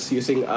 using